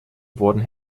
wurden